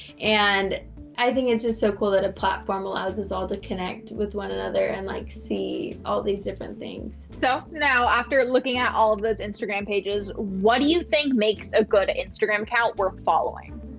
and i think it's just so cool that a platform allows us all to connect with one another and like see all these different things. so, now after looking at all of those instagram pages, what do you think makes a good instagram account for following?